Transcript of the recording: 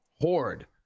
horde